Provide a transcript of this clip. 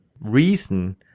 reason